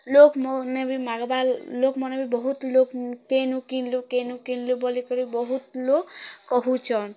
ଲୋକମାନେ ବି ମାଗବା ଲୋକମାନେ ବି ବହୁତ ଲୋକ୍ କେନୁ କିଣିଲୁ କେନୁ କିଣିଲୁ ବୋଲିକରି ବହୁତ୍ ଲୋକ୍ କହୁଛନ୍